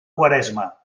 quaresma